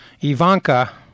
Ivanka